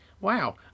Wow